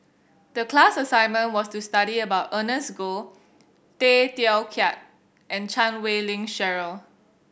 the class assignment was to study about Ernest Goh Tay Teow Kiat and Chan Wei Ling Cheryl